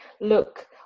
look